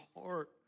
heart